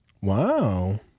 Wow